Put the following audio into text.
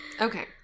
Okay